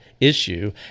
issue